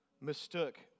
mistook